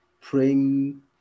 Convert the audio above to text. praying